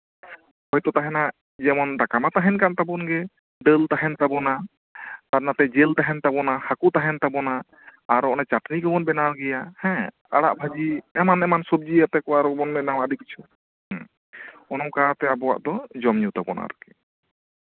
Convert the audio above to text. ᱦᱳᱭᱛᱳ ᱛᱟᱦᱮᱸᱱᱟ ᱡᱮᱢᱚᱱ ᱫᱟᱠᱟ ᱢᱟ ᱛᱟᱦᱮᱸᱱ ᱠᱟᱱ ᱛᱟᱵᱚᱱ ᱜᱮ ᱫᱟᱹᱞ ᱩᱛᱩ ᱛᱟᱦᱮᱱ ᱛᱟᱵᱚᱱᱟ ᱟᱨ ᱱᱟᱛᱮ ᱡᱤᱞ ᱛᱟᱦᱮᱱ ᱛᱟᱵᱚᱱᱟ ᱦᱟᱹᱠᱩ ᱛᱟᱦᱮᱱ ᱛᱟᱵᱚᱱ ᱟᱨᱚ ᱚᱱᱮ ᱪᱟᱴᱱᱤ ᱠᱚᱵᱚᱱ ᱵᱮᱱᱟᱣ ᱜᱮᱭᱟ ᱦᱮᱸ ᱟᱲᱟᱜ ᱵᱷᱟᱹᱡᱤ ᱮᱢᱟᱱᱼᱮᱢᱟᱱ ᱥᱚᱵᱡᱤᱭᱟᱛᱮ ᱵᱚᱱ ᱵᱮᱱᱟᱣᱟ ᱟᱹᱰᱤ ᱠᱤᱪᱷᱩ ᱩᱸ ᱚᱱᱮ ᱚᱝᱠᱟᱣᱟᱛᱮ ᱟᱵᱚᱣᱟᱜ ᱫᱚ ᱡᱚᱢᱼᱧᱩ ᱛᱟᱵᱚᱱ ᱟᱨᱠᱤ